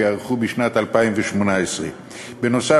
שייערכו בשנת 2018. בנוסף,